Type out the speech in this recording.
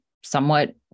somewhat